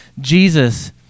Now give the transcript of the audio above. Jesus